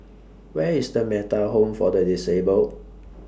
Where IS The Metta Home For The Disabled